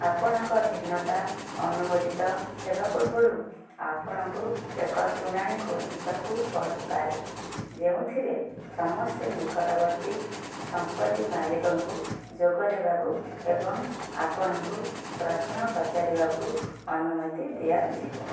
ଆପଣଙ୍କ ଭିନ୍ନତା ଅନୁମୋଦିତ ହେବା ପୂର୍ବରୁ ଆପଣଙ୍କୁ ଏକ ଶୁଣାଣିକୁ ଯିବାକୁ ପଡ଼ିପାରେ ଯେଉଁଥିରେ ସମସ୍ତେ ନିକଟବର୍ତ୍ତୀ ସମ୍ପତ୍ତି ମାଲିକଙ୍କୁ ଯୋଗ ଦେବାକୁ ଏବଂ ଆପଣଙ୍କୁ ପ୍ରଶ୍ନ ପଚାରିବାକୁ ଅନୁମତି ଦିଆଯିବ